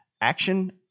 action